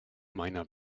meiner